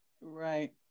Right